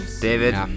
David